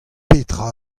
petra